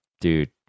Dude